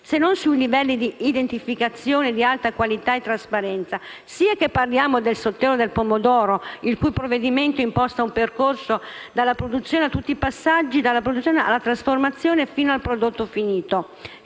se non sui livelli di identificazione e di alta qualità e trasparenza. Questo, sia che parliamo del settore del pomodoro, in cui il provvedimento imposta un percorso con tutti i passaggi, dalla produzione alla trasformazione fino al prodotto finito,